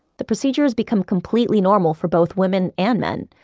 the procedure has become completely normal for both women, and men.